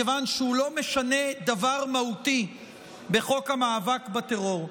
מכיוון שהוא לא משנה דבר מהותי בחוק המאבק בטרור.